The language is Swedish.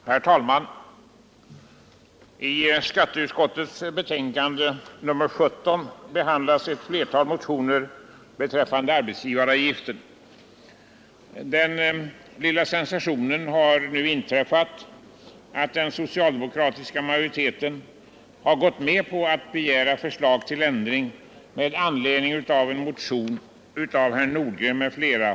Herr talman! I skatteutskottets betänkande nr 17 behandlas ett flertal motioner beträffande arbetsgivaravgiften. Den lilla sensationen har nu inträffat att den socialdemokratiska majoriteten har gått med på att begära förslag till ändring med anledning av en motion av herr Nordgren m.fl.